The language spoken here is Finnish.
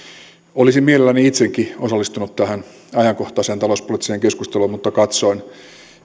olisin mielelläni itsekin osallistunut tähän ajankohtaiseen talouspoliittiseen keskusteluun mutta katsoin